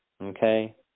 Okay